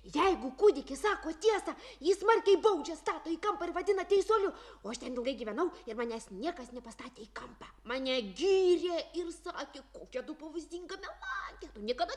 jeigu kūdikis sako tiesą jį smarkiai baudžia stato į kampą ir vadina teisuoliu o aš ten ilgai gyvenau ir manęs niekas nepastatė į kampą mane gyrė ir su sakė kokia tu pavyzdinga melagė tu niekada